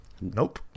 Nope